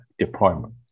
Deployment